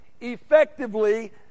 effectively